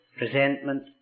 resentment